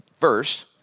verse